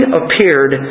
appeared